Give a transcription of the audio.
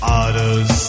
others